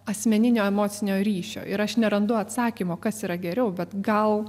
asmeninio emocinio ryšio ir aš nerandu atsakymo kas yra geriau bet gal